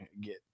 Get